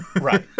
right